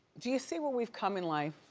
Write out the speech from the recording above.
do you see where we've come in life?